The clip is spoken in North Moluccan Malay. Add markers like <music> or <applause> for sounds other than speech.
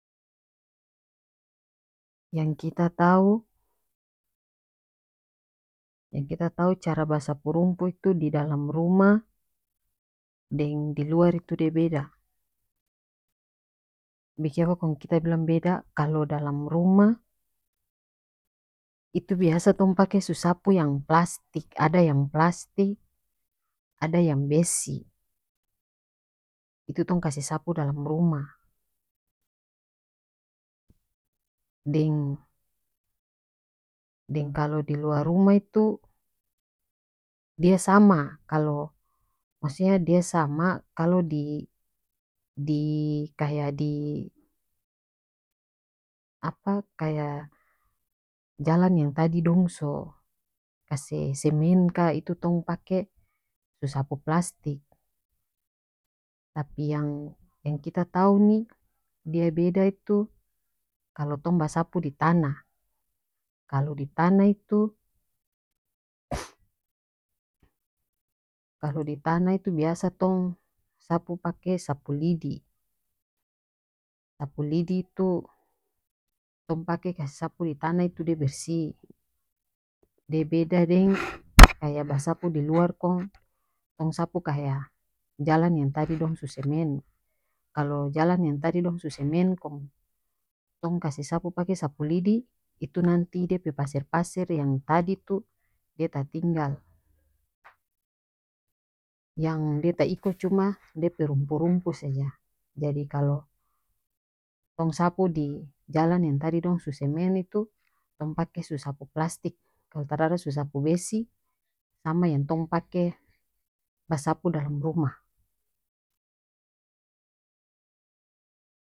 Yang kita tau-yang kita tau cara basapu rumpu itu didalam rumah deng diluar itu dia beda bikiapa kong kita bilang beda kalo dalam rumah itu biasa tong pake susapu yang plastik ada yang plastik ada yang besi itu tong kase sapu dalam rumah deng deng kalo diluar rumah itu dia sama kalo maksudnya dia sama kalo di di kaya di apa kaya jalan yang tadi dong so kase semen ka itu tong pake sosapu plastik tapi yang yang kita tau ni dia beda itu kalo tong basapu di tanah kalo di tanah itu <noise> biasa tong sapu pake sapu lidi sapu lidi tu tong pake kase sapu di tanah itu dia bersih dia beda deng <noise> kaya basapu diluar kong tong sapu kaya jalan yang tadi dong so semen kalo jalan yang tadi dong so semen kong tong kase sapu pake sapu lidi itu nanti dia pe paser paser yang tadi tu dia tatinggal <noise> yang dia ta iko cuma dia pe rumpu rumpu saja jadi kalo tong sapu di jalan yang tadi dong so semen itu tong pake susapu plastik kalo tarada susapu besi sama yang tong pake basapu dalam rumah.